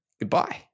goodbye